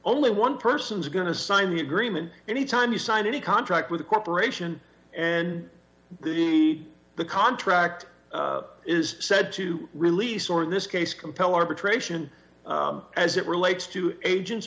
only one person is going to sign the agreement any time you sign any contract with a corporation and the the contract is said to release or in this case compel arbitration as it relates to agents